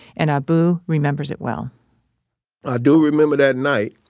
and abu remembers it well i do remember that night.